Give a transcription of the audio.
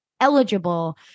eligible